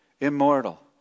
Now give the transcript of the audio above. Immortal